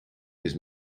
his